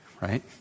right